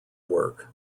work